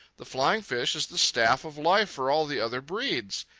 the flying fish is the staff of life for all the other breeds.